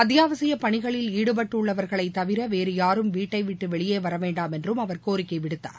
அத்தியாவசியப் பணிகளில் ஈடுபட்டுள்ளவர்களைத் தவிர வேறு யாரும் வீட்டைவிட்டு வெளியே வரவேண்டாம் என்றும் அவர் கோரிக்கை விடுத்தார்